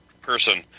person